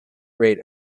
rate